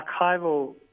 archival